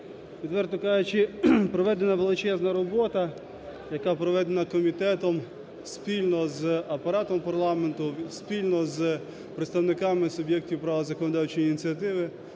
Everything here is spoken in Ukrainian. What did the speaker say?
відверто кажучи, проведена величезна робота, яка проведена комітетом спільно з апаратом парламенту, спільно з представниками суб'єктів права законодавчої ініціативи,